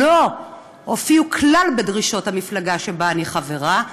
לא הופיעו כלל בדרישות המפלגה שבה אני חברה,